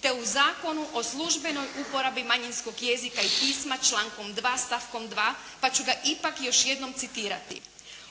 te u Zakonu o službenoj uporabi manjinskog jezika i pisma člankom 2. stavkom 2. pa ću ga ipak još jednom citirati.